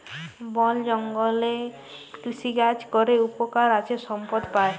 বল জঙ্গলে কৃষিকাজ ক্যরে উপকার আছে সম্পদ পাই